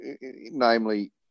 Namely